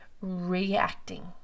reacting